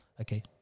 okay